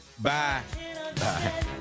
Bye